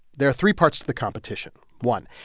there are three parts to the competition. one,